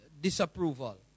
disapproval